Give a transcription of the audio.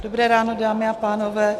Dobré ráno, dámy a pánové.